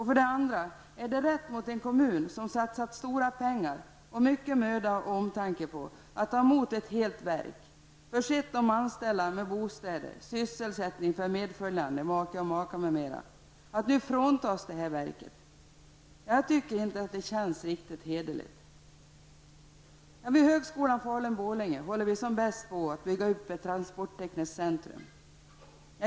För det andra: Är det rätt mot en kommun som satsat stora pengar och mycken möda och omtanke på att ta emot ett helt verk, försett de anställda med bostäder, barnomsorg, sysselsättning för medföljande make Borlänge håller vi som bäst på att bygga upp ett transporttekniskt centrum.